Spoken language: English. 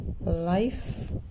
life